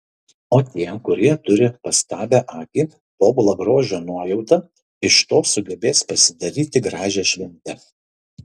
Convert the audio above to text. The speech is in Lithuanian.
o tie kurie turi pastabią akį tobulą grožio nuojautą iš to sugebės pasidaryti gražią šventę